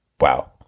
wow